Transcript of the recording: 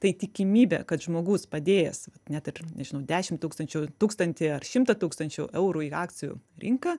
tai tikimybė kad žmogus padėjęs net ir nežinau dešim tūkstančių tūkstantį ar šimtą tūkstančių eurų į akcijų rinką